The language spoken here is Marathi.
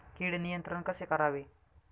कीड नियंत्रण कसे करावे?